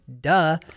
duh